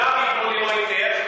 ללא היתר,